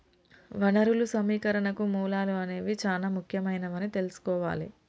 వనరులు సమీకరణకు మూలాలు అనేవి చానా ముఖ్యమైనవని తెల్సుకోవాలి